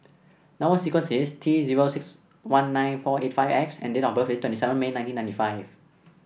number sequence is T zero six one nine four eight five X and date of birth is twenty seven May nineteen ninety five